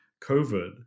COVID